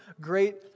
great